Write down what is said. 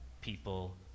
people